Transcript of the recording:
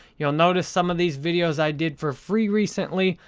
you'll notice some of these videos i did for free recently.